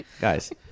guys